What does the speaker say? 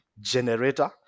generator